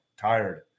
tired